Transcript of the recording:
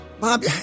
Bob